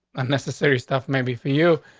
unnecessary stuff, maybe for you,